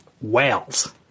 whales